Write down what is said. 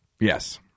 Yes